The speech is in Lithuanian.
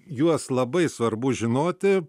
juos labai svarbu žinoti